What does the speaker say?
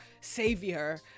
savior